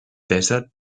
desert